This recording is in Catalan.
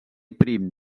prim